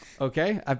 Okay